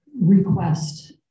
request